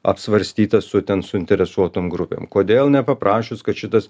apsvarstytas su ten suinteresuotom grupėm kodėl nepaprašius kad šitas